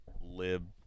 lib